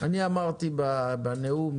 אמרתי בנאום,